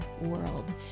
world